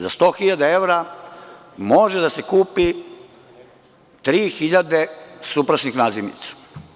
Za sto hiljada evra može da se kupi 3.000 suprasnih nazimica.